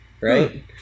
right